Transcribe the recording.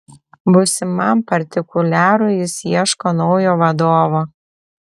būsimam partikuliarui jis ieško naujo vadovo